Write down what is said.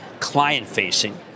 client-facing